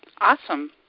awesome